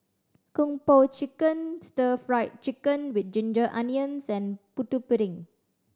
Kung Po Chicken Stir Fried Chicken With Ginger Onions and Putu Piring